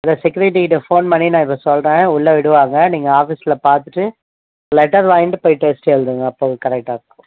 இல்லை செக்யூரிட்டிகிட்டே ஃபோன் பண்ணி நான் இப்போ சொல்றேன் உள்ளே விடுவாங்க நீங்கள் ஆஃபீஸில் பார்த்துட்டு லெட்டர் வாங்கிகிட்டு போய் டெஸ்ட் எழுதுங்க அப்போ கரெக்ட்டாகருக்கும்